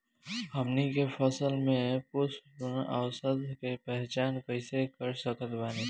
हमनी के फसल में पुष्पन अवस्था के पहचान कइसे कर सकत बानी?